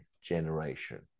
generation